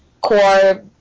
core